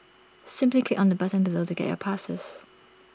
simply click on the button below to get your passes